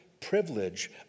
privilege